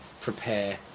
prepare